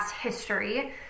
history